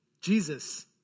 Jesus